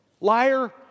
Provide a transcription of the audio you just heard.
Liar